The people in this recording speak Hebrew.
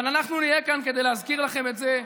אבל אנחנו נהיה כאן כדי להזכיר לכם את זה יום-יום,